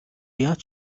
яаж